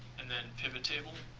and then pivot table.